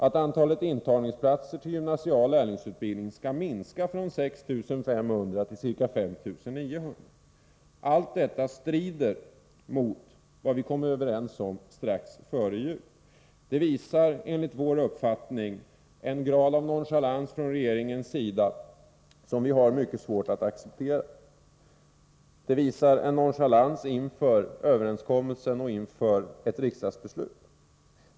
— att antalet intagningsplatser till gymnasial lärlingsutbildning skall minska ifrån 6 500 till ca 5900. Allt detta strider mot vad vi kom överens om strax före jul. Detta visar enligt vår uppfattning en nonchalans från regeringens sida, som vi har mycket svårt att acceptera, för överenskommelsen och riksdagsbeslutet.